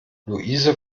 luise